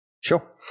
Sure